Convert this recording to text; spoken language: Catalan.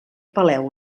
peleu